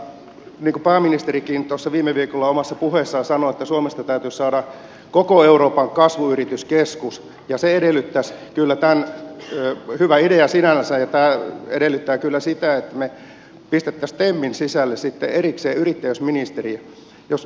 niin kuin pääministerikin viime viikolla omassa puheessaan sanoi suomesta täytyisi saada koko euroopan kasvuyrityskeskus ja se edellyttää kylläpähän syö hyvä idea sinänsä ja tämä edellyttää kyllä sitä että me pistäisimme temin sisälle sitten erikseen yrittäjyysministerin